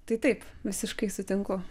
tai taip visiškai sutinku